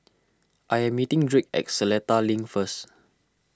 I am meeting Drake at Seletar Link first